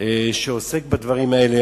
שעוסק בדברים האלה,